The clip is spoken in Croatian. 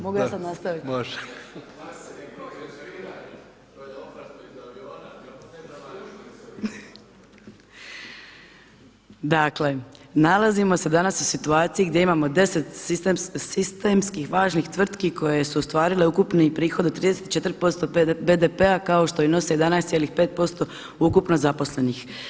Mogu ja sad nastaviti? [[Upadica Jandroković: Može.]] Dakle, nalazimo se danas u situaciji gdje imamo 10 sistemski važnih tvrtki koje su ostvarile ukupni prihod od 34% BDP-a kao što i nose 11,5% ukupno zaposlenih.